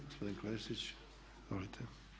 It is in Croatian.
Gospodin Klešić, izvolite.